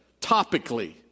topically